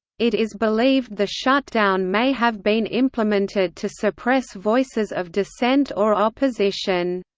it is believed the shutdown may have been implemented to suppress voices of dissent or opposition.